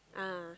ah